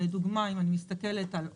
לדוגמה אם אני מסתכלת על אוגוסט,